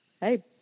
Hey